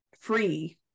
free